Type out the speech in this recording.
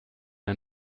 der